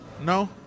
no